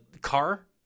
car